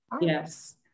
yes